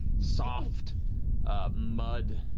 soft um mud